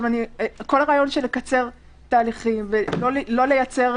כל הרעיון של לקצר תהליכים ולא לייצר